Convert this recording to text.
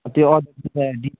त्यो